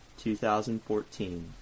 2014